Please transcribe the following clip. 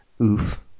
Oof